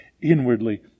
inwardly